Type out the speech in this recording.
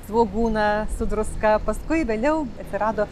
svogūną su druska paskui vėliau atsirado